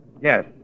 yes